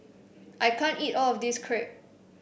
I can't eat all of this crepe